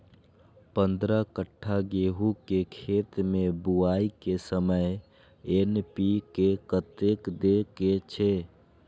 पंद्रह कट्ठा गेहूं के खेत मे बुआई के समय एन.पी.के कतेक दे के छे?